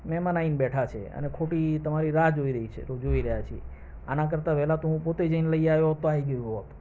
મહેમાન આવીને બેઠા છે અને ખોટી તમારી રાહ જોઈ રહી છે જોઈ રહ્યા છે આના કરતાં વહેલા તો હું પોતે જઈને લઈ આયો હોત તો આવી ગયું હોત